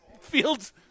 Fields